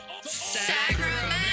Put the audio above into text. Sacramento